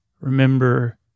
Remember